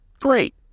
Great